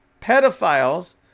pedophiles